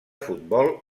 futbol